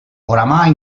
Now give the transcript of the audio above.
oramai